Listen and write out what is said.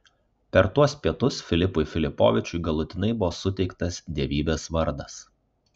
per tuos pietus filipui filipovičiui galutinai buvo suteiktas dievybės vardas